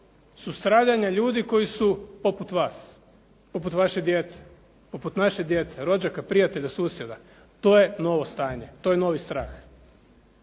su stradanja ljudi koji su poput vas, poput vaše djece, rođaka, prijatelja, susjeda. To je novo stanje. To je novi strah.